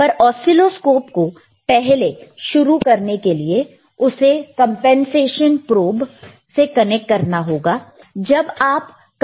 पर ऑसीलोस्कोप को पहले शुरू करने के लिए उसे कंपनसेशन प्रोब से कनेक्ट करना होगा